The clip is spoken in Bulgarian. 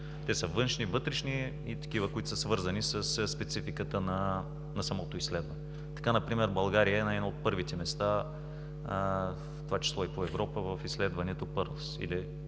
Те са външни, вътрешни и такива, които са свързани със спецификата на самото изследване. Така например България е на едно от първите места, в това число и в Европа, в изследването PIRLS